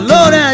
Lord